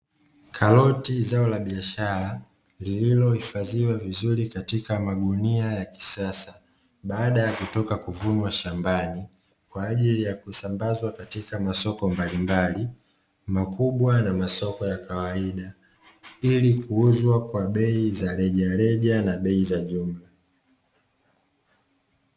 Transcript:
Karoti zao la biashara lililohifadhiwa vizuri katika magunia ya kisasa baada ya kutoka kuvunwa shambani, kwa ajili ya kusambazwa katika masoko mbalimbali makubwa na masoko ya kawaida, ili kuuzwa kwa bei za rejareja na bei za jumla.